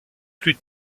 plus